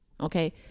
okay